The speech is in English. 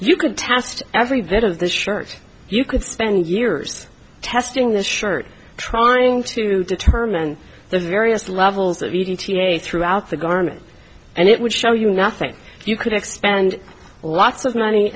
could tast every bit of the shirt you could spend years testing this shirt trying to determine the various levels of e d t a throughout the garment and it would show you nothing you could expand lots of money